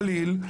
גליל,